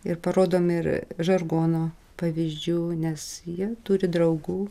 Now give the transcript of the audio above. ir parodom ir žargono pavyzdžių nes jie turi draugų